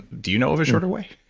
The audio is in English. do you know of a shorter way?